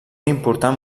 important